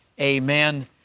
Amen